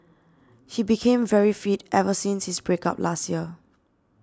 he became very fit ever since his break up last year